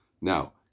Now